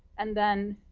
and then,